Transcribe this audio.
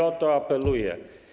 O to apeluję.